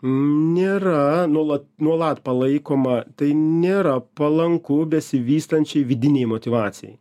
nėra nuolat nuolat palaikoma tai nėra palanku besivystančiai vidinei motyvacijai